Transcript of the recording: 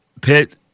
Pitt